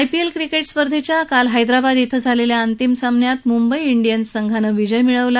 IPL cricket स्पर्धेच्या काल हैदराबाद श्री झालेल्या अंतिम सामन्यात मुंबई श्रीयन्स संघानं विजय मिळवला